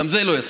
גם זה לא יספיק,